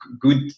good